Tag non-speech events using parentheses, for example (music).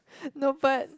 (laughs) no but